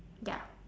ya